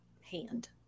hand